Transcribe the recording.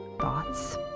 thoughts